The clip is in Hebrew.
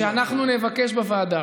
המשמעות היא שאנחנו נבקש בוועדה.